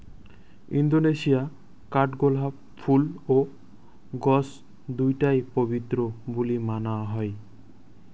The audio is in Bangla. ইন্দোনেশিয়া কাঠগোলাপ ফুল ও গছ দুইটায় পবিত্র বুলি মানা হই